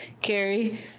Carrie